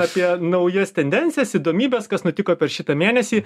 apie naujas tendencijas įdomybes kas nutiko per šitą mėnesį